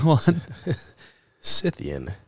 Scythian